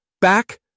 Back